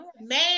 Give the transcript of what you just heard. Man